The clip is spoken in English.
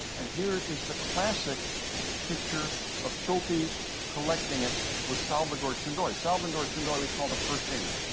and here is the classic picture of schultes collecting it with salvador chindoy. salvador chindoy, we call the first shaman.